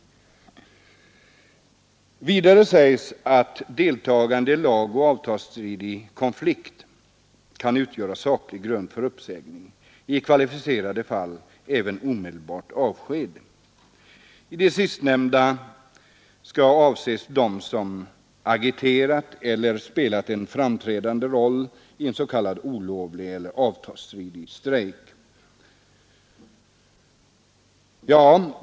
Vidare sägs att deltagande i lagoch avtalsstridig konflikt kan utgöra saklig grund för uppsägning — i kvalificerade fall även omedelbart avsked. Det sistnämnda skall avse dem som agiterat för eller spelat en framträdande roll i en s.k. olovlig eller avtalsstridig strejk.